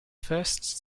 first